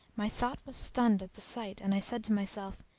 my thought was stunned at the sight and i said to myself,